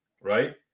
Right